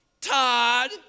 Todd